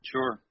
Sure